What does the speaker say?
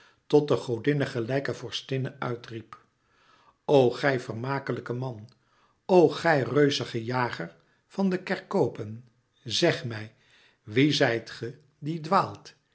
tot de godinne gelijke vorstinne uit riep o gij vermakelijke man o gij reuzige jager van de kerkopen zeg mij wie zijt ge die dwaalt